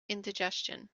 indigestion